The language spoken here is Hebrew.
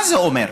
מה זה אומר?